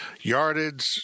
yardage